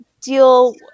deal